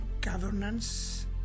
governance